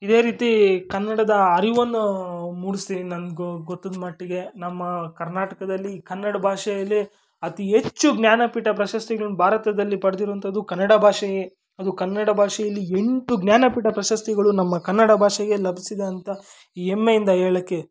ಇದೇ ರೀತಿ ಕನ್ನಡದ ಅರಿವನ್ನು ಮೂಡಿಸಿ ನನಗೂ ಗೊತ್ತಿದ್ದ ಮಟ್ಟಿಗೆ ನಮ್ಮ ಕರ್ನಾಟಕದಲ್ಲಿ ಕನ್ನಡ ಭಾಷೆಯಲ್ಲೇ ಅತಿ ಹೆಚ್ಚು ಜ್ಞಾನಪೀಠ ಪ್ರಶಸ್ತಿಗ್ಳನ್ನು ಭಾರತದಲ್ಲಿ ಪಡೆದಿರುವಂಥದ್ದು ಕನ್ನಡ ಭಾಷೆಯೇ ಅದು ಕನ್ನಡ ಭಾಷೆಯಲ್ಲಿ ಎಂಟು ಜ್ಞಾನಪೀಠ ಪ್ರಶಸ್ತಿಗಳು ನಮ್ಮ ಕನ್ನಡ ಭಾಷೆಗೆ ಲಭಿಸಿದೆ ಅಂತ ಹೆಮ್ಮೆಯಿಂದ ಹೇಳಕ್ಕೆ